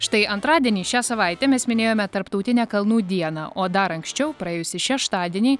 štai antradienį šią savaitę mes minėjome tarptautinę kalnų dieną o dar anksčiau praėjusį šeštadienį